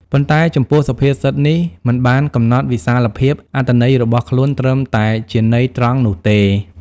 ប៉ុន្តែចំពោះសុភាពសិតនេះ មិនបានកំណត់វិសាលភាពអត្ថន័យរបស់ខ្លួនត្រឹមតែជាន័យត្រង់នោះទេ។